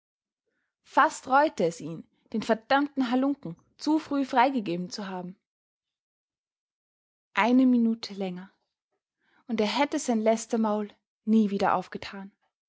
fast reute es ihn den verdammten hallunken zu früh freigegeben zu haben eine minute länger und er hätte sein lästermaul nie wieder aufgetan